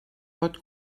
pot